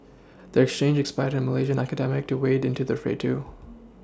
their exchange inspired a Malaysian academic to wade into the fray too